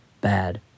bad